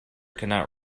cannot